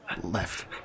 Left